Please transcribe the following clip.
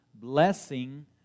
blessing